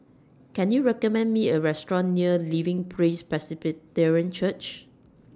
Can YOU recommend Me A Restaurant near Living Praise Presbyterian Church